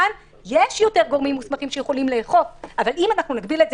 כאן יש יותר גורמים מוסמכים שיכולים לאכוף אבל אם נגביל את זה